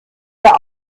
der